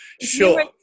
Sure